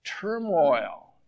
turmoil